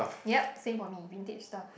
yep same for me vintage stuff